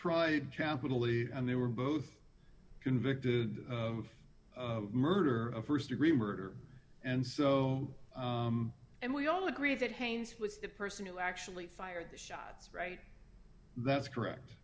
tried capitally and they were both convicted of murder of st degree murder and so and we all agree that hangs with the person who actually fired the shots right that's correct